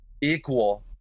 equal